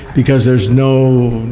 because there's no,